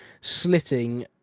slitting